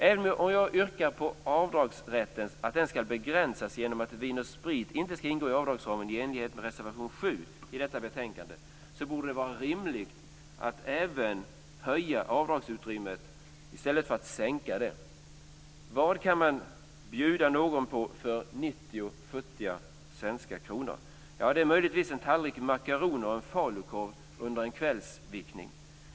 Även om jag yrkar på att avdragsrätten skall begränsas genom att vin och sprit inte skall ingå i avdragsramen, i enlighet med reservation 7 till detta betänkande, borde det vara rimligt att även höja avdragsutrymmet i stället för att sänka det. Vad kan man bjuda någon på för futtiga 90 svenska kronor? Det är väl möjligtvis en tallrik makaroner och falukorv under en kvällsvickning.